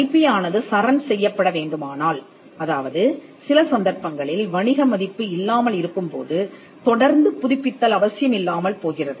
ஐபியானது சரண் செய்யப்பட வேண்டுமானால் அதாவது சில சந்தர்ப்பங்களில் வணிக மதிப்பு இல்லாமல் இருக்கும்போது தொடர்ந்து புதுப்பித்தல் அவசியம் இல்லாமல் போகிறது